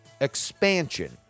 expansion